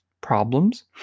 problems